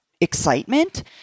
excitement